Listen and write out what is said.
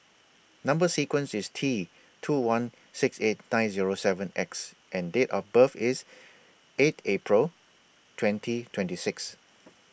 Number sequence IS T two one six eight nine Zero seven X and Date of birth IS eight April twenty twenty six